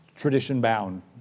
Tradition-bound